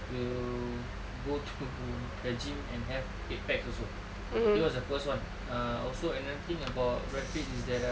they'll go to the gym and have eight packs also he was the first one ah also another thing about brad pitt is that a